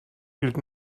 gilt